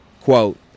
Quote